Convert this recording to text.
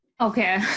Okay